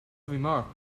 remark